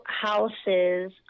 houses